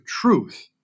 truth